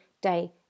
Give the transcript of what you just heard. day